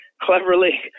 cleverly